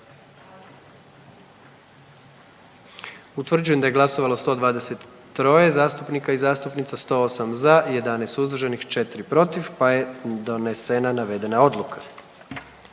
Utvrđujem da je glasovalo 123 zastupnika i zastupnica, 114 za, 3 suzdržana i 6 protiv te je na taj način